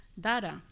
data